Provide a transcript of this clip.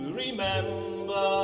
remember